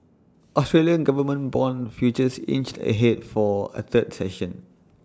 Australian government Bond futures inched ahead for A third session